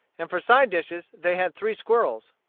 and for side-dishes they had three squirrels.